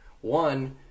one